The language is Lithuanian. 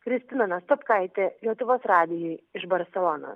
kristina nastopkaitė lietuvos radijui iš barselonos